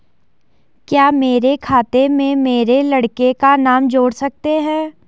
क्या मेरे खाते में मेरे लड़के का नाम जोड़ सकते हैं?